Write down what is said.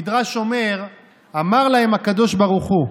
כתוב, המדרש אומר שאמר להם הקדוש ברוך הוא: